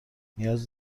نیاز